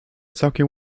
całkiem